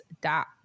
dot